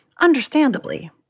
understandably